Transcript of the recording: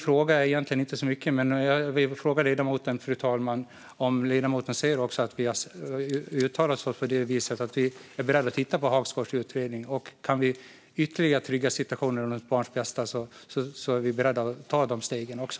Fru talman! Jag vill fråga ledamoten om ledamoten ser att vi har uttalat oss på det viset att vi är beredda att titta på Hagsgårds utredning. Kan vi ytterligare trygga situationen och barnets bästa är vi beredda att ta de stegen också.